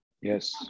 yes